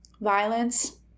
violence